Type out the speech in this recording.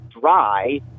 dry